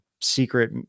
secret